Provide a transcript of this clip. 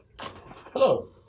Hello